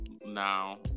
now